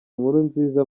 nkurunziza